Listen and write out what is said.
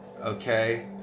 Okay